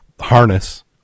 harness